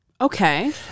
Okay